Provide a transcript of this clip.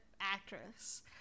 actress